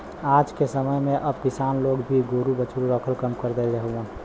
आजके समय में अब किसान लोग भी गोरु बछरू रखल कम कर देहले हउव